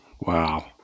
Wow